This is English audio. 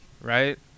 right